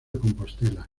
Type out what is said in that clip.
compostela